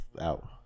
out